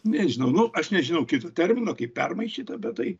nežinau nu aš nežinau kito termino kaip permaišyta bet tai